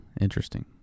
Interesting